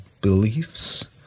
beliefs